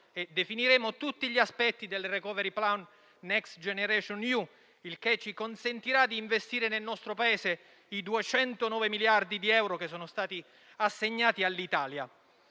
e definiremo tutti gli aspetti del *recovery plan*, Next generation EU, il che ci consentirà di investire nel nostro Paese i 209 miliardi di euro assegnati all'Italia,